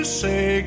say